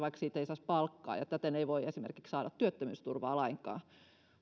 vaikka siitä ei saisi palkkaa ja täten ei voi esimerkiksi saada työttömyysturvaa lainkaan